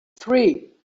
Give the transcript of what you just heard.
three